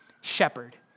shepherd